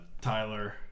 Tyler